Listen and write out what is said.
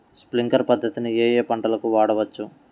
Sprinkler పద్ధతిని ఏ ఏ పంటలకు వాడవచ్చు?